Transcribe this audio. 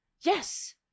Yes